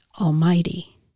Almighty